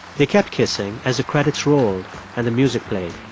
they kept kissing as the credits rolled and the music played